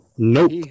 Nope